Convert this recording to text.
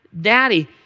daddy